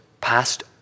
passed